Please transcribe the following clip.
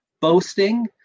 boasting